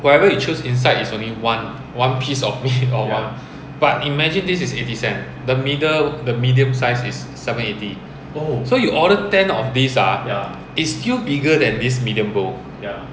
whatever you choose inside is only one one piece of meat or one but imagine this is eighty cent the middle the medium size is seven eighty so you order ten of these ah is still bigger than this medium bowl